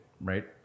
right